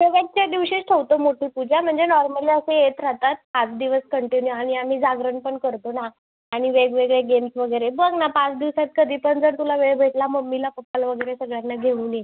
शेवटच्या दिवशीच ठेवतो मोठी पूजा म्हणजे नॉर्मली असे येत राहतात सात दिवस कंटिन्यू आणि आम्ही जागरण पण करतो ना आणि वेगवेगळे गेम्स वगैरे बघ ना पाच दिवसात कधी पण जर तुला वेळ भेटला मम्मीला पप्पाला वगैरे सगळ्यांना घेऊन ये